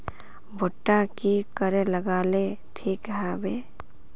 भुट्टा की करे लगा ले ठिक है बय?